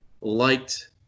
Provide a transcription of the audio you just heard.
liked